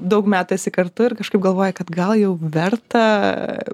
daug metų esi kartu ir kažkaip galvoji kad gal jau verta